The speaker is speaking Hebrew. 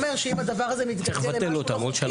שאומר שאם הדבר הזה מתדרדר למשהו לא חוקי,